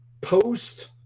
post